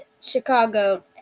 Chicago